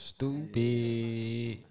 Stupid